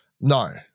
No